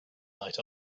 night